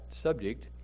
subject